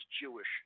Jewish